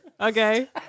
Okay